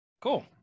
Cool